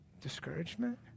discouragement